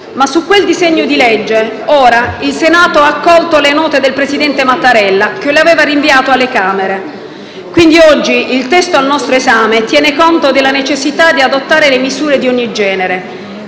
Su quel disegno di legge, però, ora, il Senato ha accolto le note del presidente Mattarella che lo aveva rinviato alle Camere. Quindi oggi il testo al nostro esame tiene conto della necessità di adottare le misure di ogni genere,